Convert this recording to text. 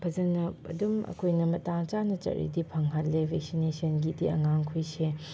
ꯐꯖꯅ ꯑꯗꯨꯝ ꯑꯩꯈꯣꯏꯅ ꯃꯇꯥꯡ ꯆꯥꯅ ꯆꯠꯂꯗꯤ ꯐꯪꯍꯜꯂꯦ ꯚꯦꯛꯁꯤꯅꯦꯁꯟꯒꯤꯗꯤ ꯑꯉꯥꯡꯈꯣꯏꯁꯦ